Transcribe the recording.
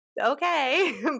okay